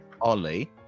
ollie